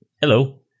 hello